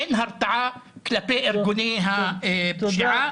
אין הרתעה כלפי ארגוני הפשיעה.